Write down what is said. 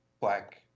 black